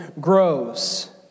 grows